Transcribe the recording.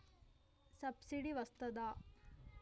Subsidy వస్తదా?